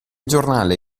giornale